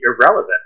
irrelevant